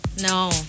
No